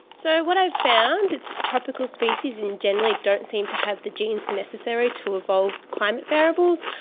so what i've found, it's tropical species and who generally don't seem to have the genes necessary to evolve climate variables.